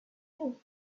you